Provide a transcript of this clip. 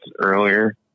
earlier